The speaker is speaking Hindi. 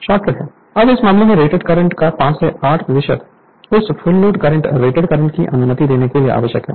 Refer Slide Time 1220 अब इस मामले में रेटेड करंट का 5 से 8 प्रतिशत उस full load current rated current की अनुमति देने के लिए आवश्यक है